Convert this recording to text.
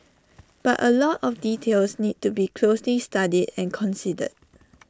but A lot of details need to be closely studied and considered